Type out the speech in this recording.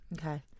Okay